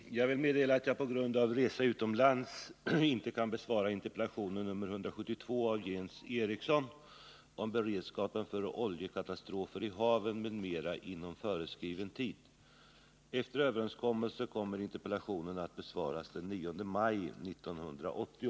Herr talman! Jag vill meddela att jag på grund av tjänsteresor inte inom föreskriven tid kan besvara interpellationen av Bonnie Bernström om tryckning och försäljning av våldspornografiska skrifter. Efter överenskommelse med interpellanten avser jag att besvara interpellationen den 12 maj 1980.